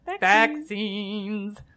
vaccines